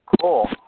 Cool